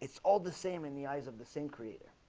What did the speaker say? it's all the same in the eyes of the same creator